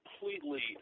completely